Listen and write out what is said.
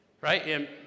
right